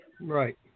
Right